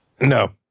No